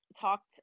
talked